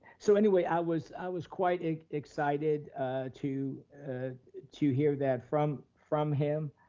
so anyway, i was i was quite excited to ah to hear that from from him.